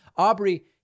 Aubrey